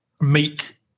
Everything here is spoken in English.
meek